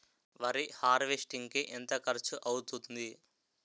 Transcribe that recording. వరి హార్వెస్టింగ్ కి ఎంత ఖర్చు అవుతుంది?